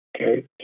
Okay